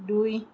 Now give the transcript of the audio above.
দুই